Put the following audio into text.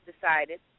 decided